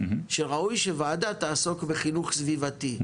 שראוי שוועדה תעסוק בחינוך סביבתי,